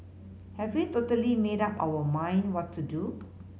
have we totally made up our mind what to do